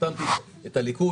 החתמתי את הליכוד.